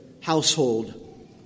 household